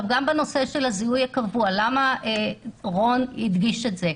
גם בנושא של הזיהוי הקבוע למה רון הדגיש את זה?